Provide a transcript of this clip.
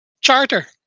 Charter